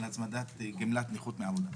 הצמדת גמלת נכות מעבודה?